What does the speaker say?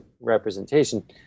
representation